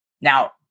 Now